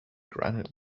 granite